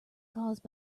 caused